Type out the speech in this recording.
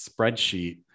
spreadsheet